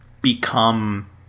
become